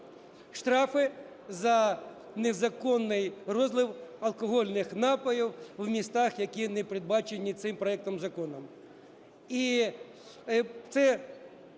штрафи за незаконний розлив алкогольних напоїв в містах, які не передбачені цим проектом Закону.